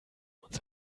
uns